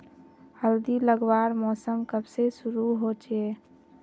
हल्दी लगवार मौसम कब से शुरू होचए?